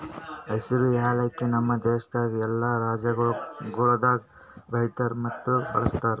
ಹಸಿರು ಯಾಲಕ್ಕಿ ನಮ್ ದೇಶದಾಗ್ ಎಲ್ಲಾ ರಾಜ್ಯಗೊಳ್ದಾಗ್ ಬೆಳಿತಾರ್ ಮತ್ತ ಬಳ್ಸತಾರ್